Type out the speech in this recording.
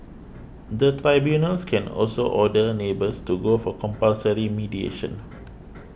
the tribunals can also order neighbours to go for compulsory mediation